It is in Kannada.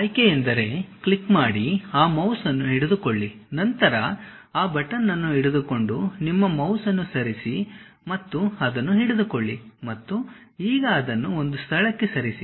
ಆಯ್ಕೆ ಎಂದರೆ ಕ್ಲಿಕ್ ಮಾಡಿ ಆ ಮೌಸ್ ಅನ್ನು ಹಿಡಿದುಕೊಳ್ಳಿ ನಂತರ ಆ ಬಟನನ್ನು ಹಿಡಿದುಕೊಂಡು ನಿಮ್ಮ ಮೌಸ್ ಅನ್ನು ಸರಿಸಿ ಮತ್ತು ಅದನ್ನು ಹಿಡಿದುಕೊಳ್ಳಿ ಮತ್ತು ಈಗ ಅದನ್ನು ಒಂದು ಸ್ಥಳಕ್ಕೆ ಸರಿಸಿ